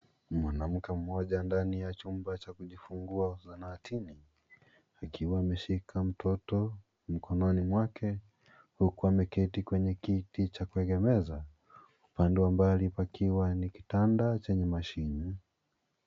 Mwanamke mmoja ndani ya chumba cha kujifungua zahanatini akiwa ameshika mtoto mikononi mwake huku ameketi kwenye kiti cha kuegemza upande wa mbali pakiwa ni kitanda chenye mashine.